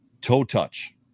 Toe-touch